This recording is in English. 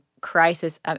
crisis